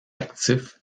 actif